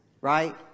right